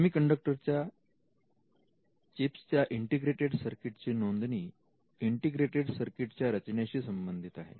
semiconductor चिप्सच्या integrated circuit ची नोंदणी इंटिग्रेटेड सर्किट च्या रचनेशी संबंधित आहे